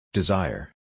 Desire